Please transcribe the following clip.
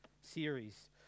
series